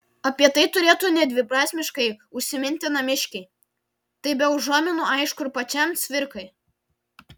apie tai turėtų nedviprasmiškai užsiminti namiškiai tai be užuominų aišku ir pačiam cvirkai